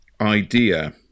idea